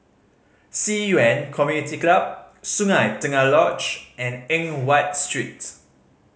Ci Yuan Community Club Sungei Tengah Lodge and Eng Watt Streets